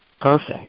Perfect